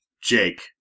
Jake